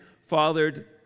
fathered